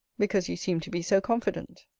because you seem to be so confident.